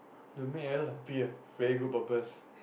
to make others happy ah very good purpose